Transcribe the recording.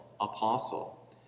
apostle